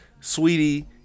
Sweetie